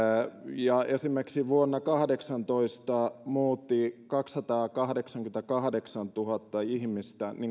ja esimerkiksi vuonna kahdeksantoista muutti kaksisataakahdeksankymmentäkahdeksantuhatta ihmistä